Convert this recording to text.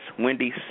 Wendy